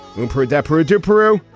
rupert adepero to peru.